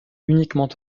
uniquement